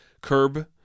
Curb